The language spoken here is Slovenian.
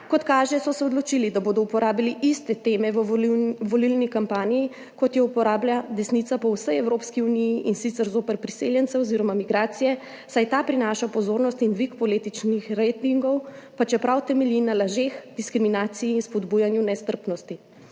Kot kaže, so se odločili, da bodo uporabili iste teme v volilni kampanji, kot jih uporablja desnica po vsej Evropski uniji, in sicer zoper priseljence oziroma migracije, saj to prinaša pozornost in dvig političnih ratingov, pa čeprav temelji na lažeh, diskriminaciji in spodbujanju nestrpnosti.